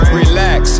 relax